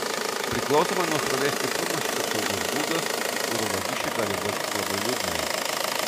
priklausomai nuo srovės stiprumo šis apsaugos būdas kuro vagišiui gali baigtis labai liūdnai